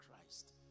Christ